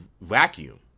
vacuum